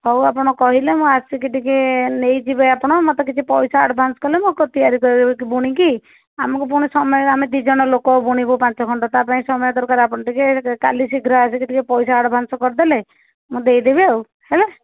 ହଉ ଆପଣ କହିଲେ ମୁଁ ଆସିକି ଟିକିଏ ନେଇଯିବେ ଆପଣ ମୋତେ କିଛି ପଇସା ଆଡ଼ଭାନ୍ସ କଲେ ମୁଁ କ ତିଆରି କରିବି ବୁଣିକି ଆମକୁ ପୁଣି ସମୟ ଆମେ ଦୁଇ ଜଣ ଲୋକ ବୁଣିବୁ ପାଞ୍ଚ ଖଣ୍ଡ ତା'ପାଇଁ ସମୟ ଦରକାର ଆପଣ ଟିକିଏ କାଲି ଶୀଘ୍ର ଆସିକି ଟିକିଏ ପଇସା ଆଡ଼ଭାନ୍ସ କରିଦେଲେ ମୁଁ ଦେଇଦେବି ଆଉ ହେଲା